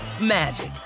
magic